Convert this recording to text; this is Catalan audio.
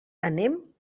anem